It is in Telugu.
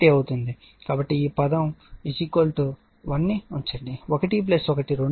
కాబట్టి ఈ పదం 1 ను ఉంచండి 1 1 2 అవుతుంది